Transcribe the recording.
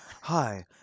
hi